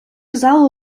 залу